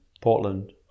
Portland